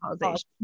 causation